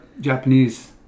Japanese